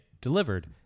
delivered